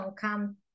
come